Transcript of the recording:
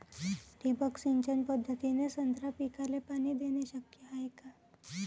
ठिबक सिंचन पद्धतीने संत्रा पिकाले पाणी देणे शक्य हाये का?